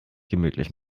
gemütlich